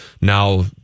Now